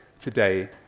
today